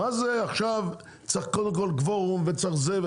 מה זה עכשיו צריך קודם כל קוורום וצריך זה,